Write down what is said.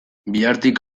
bihartik